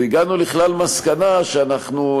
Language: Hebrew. והגענו לכלל מסקנה שאנחנו,